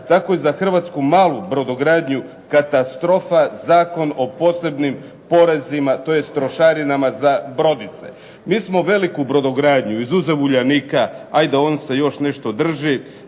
tako je i za hrvatsku malu brodogradnju katastrofa Zakon o posebnim porezima, tj. trošarinama za brodice. Mi smo veliku brodogradnju izuzev Uljanika, hajde on se još nešto drži.